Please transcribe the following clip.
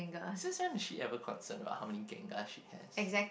since when is she ever concern about how many gengars she has